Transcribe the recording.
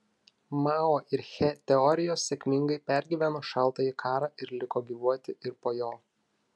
mao ir che teorijos sėkmingai pergyveno šaltąjį karą ir liko gyvuoti ir po jo